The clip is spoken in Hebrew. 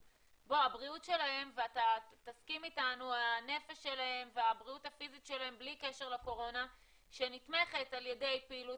הבריאות שלהם והנפש שלהם והבריאות הפיזית שלהם שנתמכת על ידי פעילות